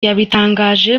yabitangaje